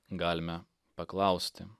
galime paklausti